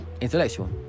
intellectual